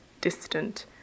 distant